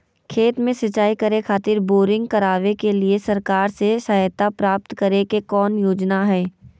खेत में सिंचाई करे खातिर बोरिंग करावे के लिए सरकार से सहायता प्राप्त करें के कौन योजना हय?